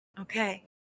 Okay